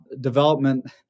development